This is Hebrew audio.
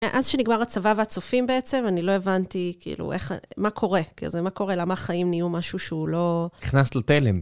מאז שנגמר הצבא והצופים בעצם, אני לא הבנתי כאילו איך, מה קורה. כאילו זה מה קורה, למה חיים נהיו משהו שהוא לא... נכנסת לתלם.